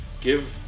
Give